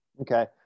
Okay